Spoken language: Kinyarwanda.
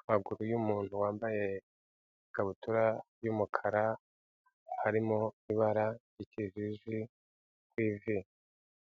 Amaguru y'umuntu wambaye ikabutura y'umukara, harimo ibara ry'ikijiji kw'ivi,